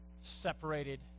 separated